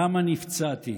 למה נפצעתי?